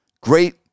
great